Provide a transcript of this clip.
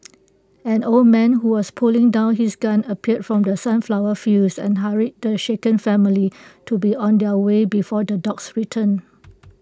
an old man who was putting down his gun appeared from the sunflower fields and hurried the shaken family to be on their way before the dogs return